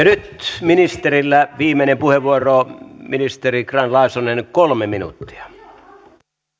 nyt ministerillä viimeinen puheenvuoro ministeri grahn laasonen kolme minuuttia